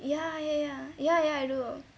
ya ya ya ya ya I do